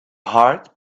heart